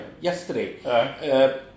Yesterday